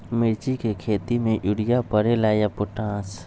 मिर्ची के खेती में यूरिया परेला या पोटाश?